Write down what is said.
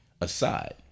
aside